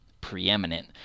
preeminent